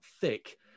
thick